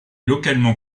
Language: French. localement